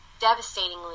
devastatingly